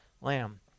Lamb